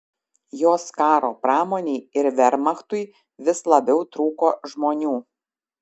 jos karo pramonei ir vermachtui vis labiau trūko žmonių